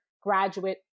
graduate